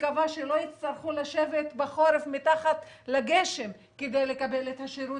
מקווה שלא יצטרכו לשבת בחורף מתחת לגשם כדי לקבל את השירות,